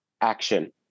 action